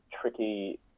tricky